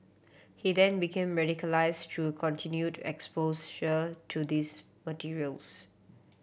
he then became radicalised through continued exposure to these materials